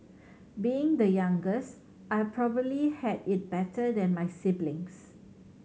being the youngest I probably had it better than my siblings